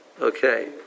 Okay